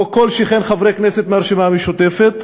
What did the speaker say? כל שכן חברי כנסת מהרשימה המשותפת.